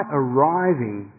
arriving